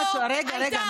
טובה קררו הייתה אחות,